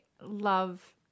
love